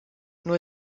nur